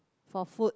for food